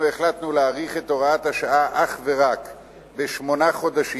החלטנו להאריך את הוראת השעה אך ורק בשמונה חודשים,